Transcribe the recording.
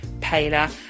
paler